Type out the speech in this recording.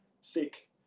sick